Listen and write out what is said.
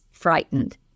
frightened